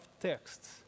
texts